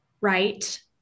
right